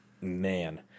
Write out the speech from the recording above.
Man